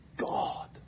God